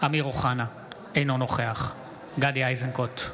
אמיר אוחנה, אינו נוכח גדי איזנקוט,